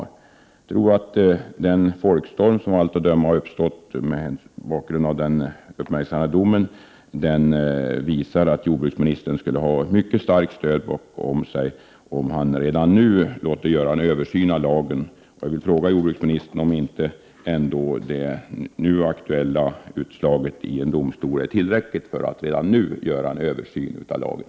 Jag tror att den folkstorm som har uppstått mot bakgrund av den uppmärksammade domen visar att jordbruksministern skulle ha ett mycket starkt stöd om han redan nu gjorde en översyn av lagen. Jag vill ställa en fråga till jordbruksministern: Är inte det aktuella utslaget i en domstol tillräckligt för att det redan nu skall göras en översyn av lagen?